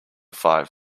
five